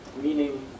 meaning